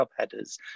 subheaders